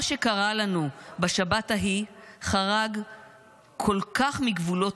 מה שקרה לנו בשבת ההיא חרג כל כך מגבולות